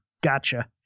gotcha